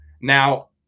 now